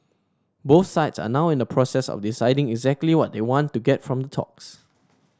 both sides are now in the process of deciding exactly what they want to get from the talks